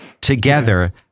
together